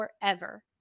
forever